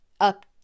up